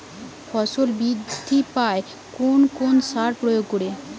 ফসল বৃদ্ধি পায় কোন কোন সার প্রয়োগ করলে?